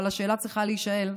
אבל השאלה צריכה להישאל.